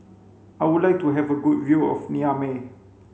I would like to have a good view of Niamey